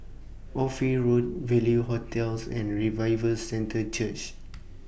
Ophir Road Value hotels and Revival Centre Church